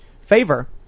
Favor